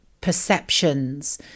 perceptions